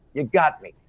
you got me.